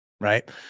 right